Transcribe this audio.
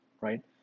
right